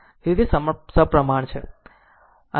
તેથી તે સપ્રમાણ છે